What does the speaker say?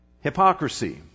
hypocrisy